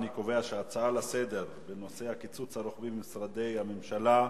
אני קובע שההצעה לסדר-היום בנושא: הקיצוץ הרוחבי במשרדי הממשלה,